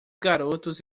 garotos